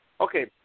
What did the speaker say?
okay